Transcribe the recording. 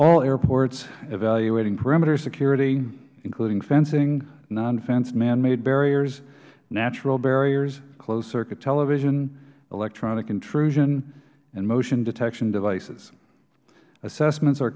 all airports evaluating perimeter security including fencing nonfence manmade barriers natural barriers closed circuit television electronic intrusion and motion detection devices assessments are